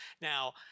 Now